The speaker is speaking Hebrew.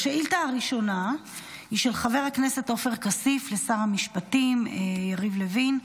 השאילתה הראשונה היא של חבר הכנסת עופר כסיף לשר המשפטים יריב לוין,